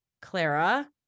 Clara